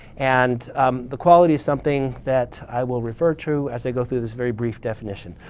and the quality is something that i will refer to as i go through this very brief definition.